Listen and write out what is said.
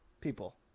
people